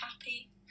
happy